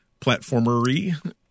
Platformery